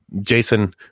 Jason